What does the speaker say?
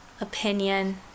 opinion